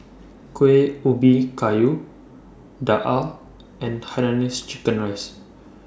Kueh Ubi Kayu Daal and Hainanese Chicken Rice